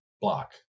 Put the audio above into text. block